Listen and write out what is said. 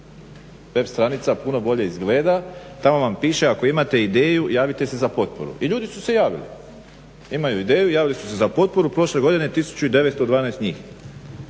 Web stranica puno bolje izgleda, tamo vam piše ako imate ideju javite se za potporu i ljudi su se javili. Imaju ideju, javili su se za potporu, prošle godine 1912 njih,